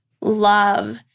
love